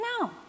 No